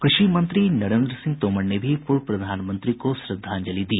कृषि मंत्री नरेंद्र सिंह तोमर ने भी पूर्व प्रधानमंत्री को श्रद्धांजलि दी